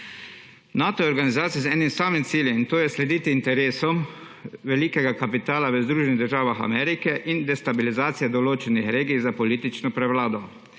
Nato je organizacija z enim samim ciljem, in to je slediti interesom velikega kapitala v Združenih državah Amerike in destabilizacija določenih regij za politično prevlado.